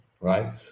right